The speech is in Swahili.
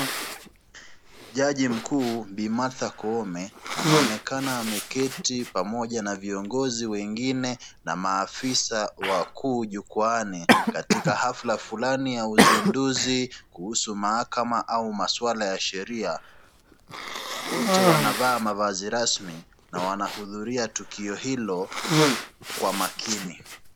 Jaji mkuu, Bi Martha Koome. Anaonekana ameketi pamoja na viongozi wengine na maafisa wakuu jukwani katika hafla fulani ya uzinduzi kuhusu mahakama au maswala ya sheria. Wote wanavaa mavazi rasmi na wanahudhuria tukio hilo kwa makini.